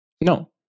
No